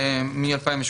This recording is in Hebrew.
זה מ-2018,